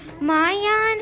Mayan